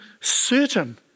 certain